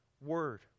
word